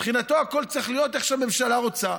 מבחינתו, הכול צריך להיות איך שהממשלה רוצה.